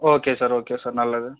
okay sir okay sir நல்லது